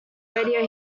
radio